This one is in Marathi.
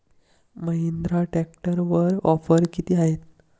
महिंद्रा ट्रॅक्टरवर ऑफर किती आहे?